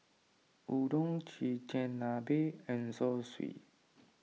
Udon Chigenabe and Zosui